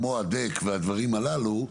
כמו הדק והדברים הללו,